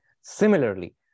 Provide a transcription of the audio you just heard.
Similarly